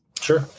Sure